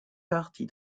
partie